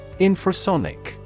Infrasonic